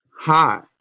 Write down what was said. Hi